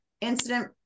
incident